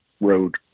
road